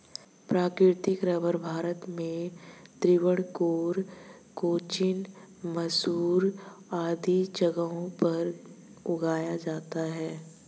प्राकृतिक रबर भारत में त्रावणकोर, कोचीन, मैसूर आदि जगहों पर उगाया जाता है